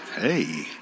Hey